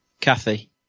Kathy